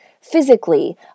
physically